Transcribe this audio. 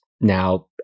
now